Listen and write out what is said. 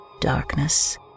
darkness